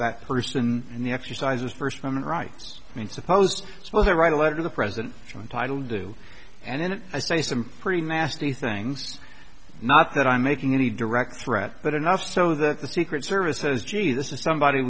that person and the exercises first woman writes i mean supposed to write a letter to the president from title do and then i say some pretty nasty things not that i'm making any direct threats but enough so that the secret service says gee this is somebody